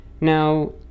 Now